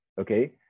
okay